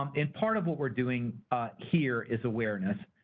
um in part of what we're doing here is awareness.